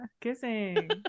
kissing